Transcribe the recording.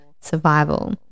survival